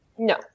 No